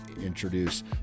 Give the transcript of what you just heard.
introduce